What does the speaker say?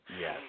Yes